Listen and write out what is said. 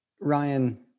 Ryan